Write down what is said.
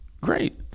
great